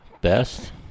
best